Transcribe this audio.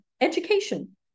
education